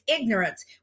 ignorance